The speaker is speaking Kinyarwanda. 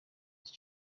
iki